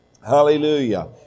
Hallelujah